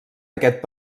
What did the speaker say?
aquest